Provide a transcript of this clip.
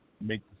make